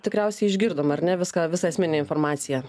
tikriausiai išgirdom ar ne viską visą esminę informaciją